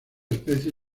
especie